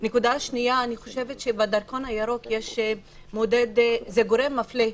נקודה שנייה אני חושבת שהדרכון הירוק הוא גורם מפלה.